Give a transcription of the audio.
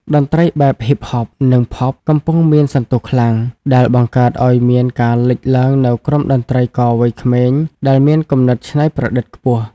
តន្ត្រីបែប Hip-Hop និង Pop កំពុងមានសន្ទុះខ្លាំង ដែលបង្កើតឱ្យមានការលេចឡើងនូវក្រុមតន្ត្រីករវ័យក្មេងដែលមានគំនិតច្នៃប្រឌិតខ្ពស់។